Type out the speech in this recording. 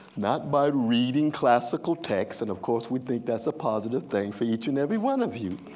not by reading classical texts and of course we think that's a positive thing for each and every one of you.